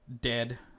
dead